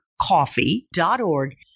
coffee.org